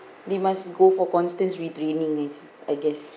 they must go for constant retrainings I guess